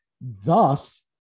thus